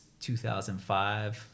2005